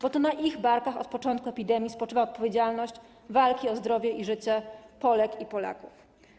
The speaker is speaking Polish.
Bo to na ich barkach od początku epidemii spoczywa odpowiedzialność za walkę o zdrowie i życie Polek i Polaków.